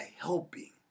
helping